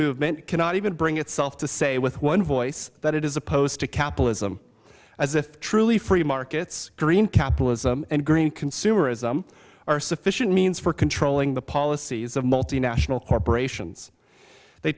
movement cannot even bring itself to say with one voice that it is opposed to capitalism as if truly free markets green capitalism and green consumerism are sufficient means for controlling the policies of multinational corporations they